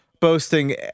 boasting